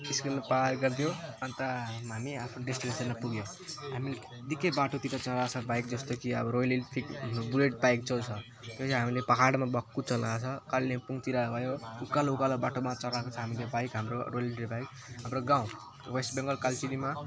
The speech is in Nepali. स्पिडले पार गरिदियो अनि त हामी आफ्नो डेस्टिनेसनमा पुग्यो हामीले निकै बाटोतिर चढाएको छ बाइक अब जस्तो कि अब रोयल इनफिल्ड बुलेट बाइक जो छ र यो हामीले पाहाडमा भक्कु चलाएको छ कालेबुङतिर भयो उकालो उकालो बाटोमा चढाएको छ हामीले बाइक हाम्रो रोयल इनफिल्ड बाइक हाम्रो गाउँ वेस्ट बेङ्गल कालचिनीमा